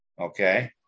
okay